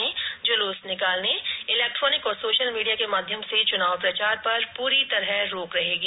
करने जुलूस निकालने इलेक्ट्रॉनिक और सोशल मीडिया के माध्यम से चुनाव प्रचार पर पूरी तरह रोक रहेगी